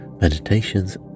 meditations